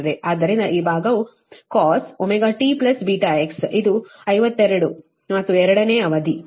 ಆದ್ದರಿಂದ ಈ ಭಾಗವು cos ωtβx ಇದು 52 ಮತ್ತು ಎರಡನೇ ಅವಧಿ